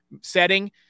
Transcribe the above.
setting